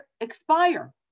expire